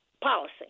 policy